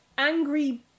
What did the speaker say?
angry